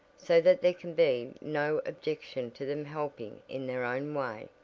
so that there can be no objection to them helping in their own way.